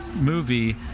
movie